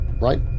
right